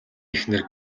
эхнэр